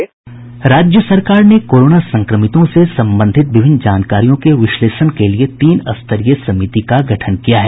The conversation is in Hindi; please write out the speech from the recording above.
राज्य सरकार ने कोरोना संक्रमितों से संबंधित विभिन्न जानकारियों के विश्लेषण के लिए तीन स्तरीय समिति का गठन किया है